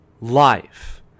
life